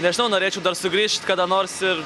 nežinau norėčiau dar sugrįžt kada nors ir